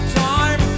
time